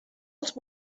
els